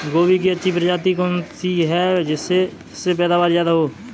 गोभी की अच्छी प्रजाति कौन सी है जिससे पैदावार ज्यादा हो?